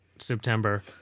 september